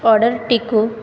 ଅର୍ଡ଼ରଟିକୁ